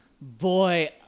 Boy